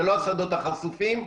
זה לא השדות החשופים,